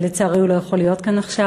לצערי הוא לא יכול להיות כאן עכשיו,